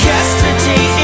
Yesterday